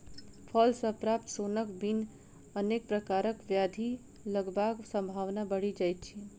फल सॅ प्राप्त सोनक बिन अनेक प्रकारक ब्याधि लगबाक संभावना बढ़ि जाइत अछि